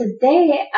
Today